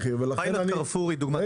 הפיילוט של קרפור הוא דוגמה טובה.